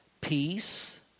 peace